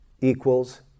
equals